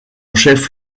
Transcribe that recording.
chef